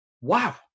Wow